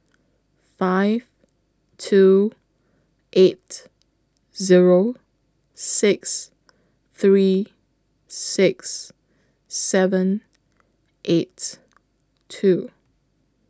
five two eight Zero six three six seven eight two